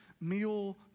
meal